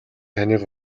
таныг